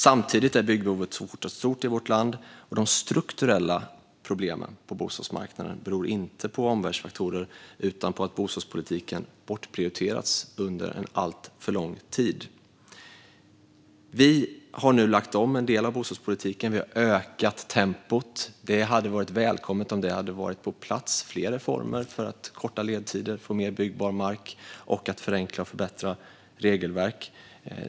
Samtidigt är byggbehovet fortsatt stort i vårt land, och de strukturella problemen på bostadsmarknaden beror inte på omvärldsfaktorer utan på att bostadspolitiken bortprioriterats under en alltför lång tid. Vi har nu lagt om en del av bostadspolitiken och ökat tempot. Det hade varit välkommet om fler reformer hade varit på plats för att korta ledtider, få mer byggbar mark och förenkla och förbättra regelverk.